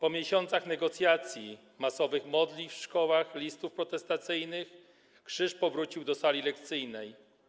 Po miesiącach negocjacji, masowych modlitw w szkołach, listów protestacyjnych krzyż powrócił do sali lekcyjnej.